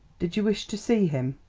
did you wish to see him?